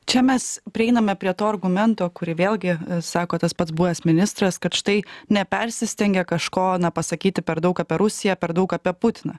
čia mes prieiname prie to argumento kurį vėlgi sako tas pats buvęs ministras kad štai nepersistengia kažko pasakyti per daug apie rusiją per daug apie putiną